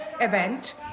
event